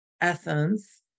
essence